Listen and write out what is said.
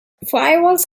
firewalls